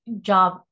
job